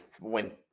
win